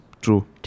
True